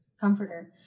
comforter